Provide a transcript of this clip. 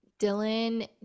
dylan